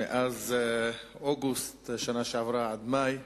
שמאז אוגוסט בשנה שעברה ועד מאי,